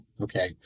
okay